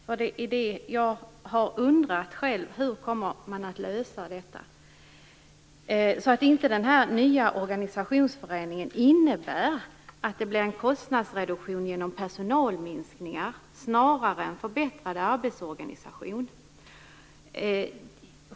Jag har nämligen undrat hur man kommer att lösa detta, så att den nya organisationsförändringen inte innebär en kostnadsreduktion genom personalminskningar snarare än en förbättrad arbetsorganisation.